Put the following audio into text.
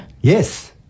yes